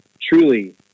Truly